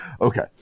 Okay